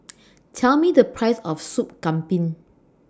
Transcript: Tell Me The Price of Soup Kambing